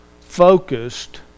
focused